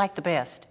like the best